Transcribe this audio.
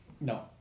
No